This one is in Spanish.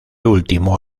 último